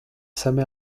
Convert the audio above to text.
some